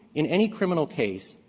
in any criminal case,